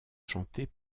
chantées